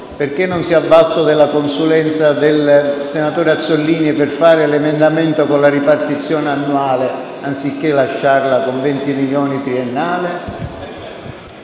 perché non si è avvalso della consulenza del senatore Azzollini per presentare un emendamento con la ripartizione annuale anziché lasciarla con 20 milioni su base